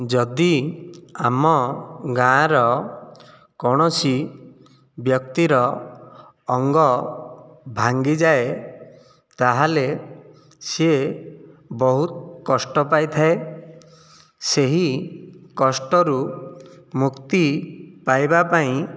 ଯଦି ଆମ ଗାଁର କୌଣସି ବ୍ୟକ୍ତିର ଅଙ୍ଗ ଭାଙ୍ଗିଯାଏ ତାହେଲେ ସିଏ ବହୁତ କଷ୍ଟ ପାଇଥାଏ ସେହି କଷ୍ଟରୁ ମୁକ୍ତି ପାଇବା ପାଇଁ